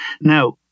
Now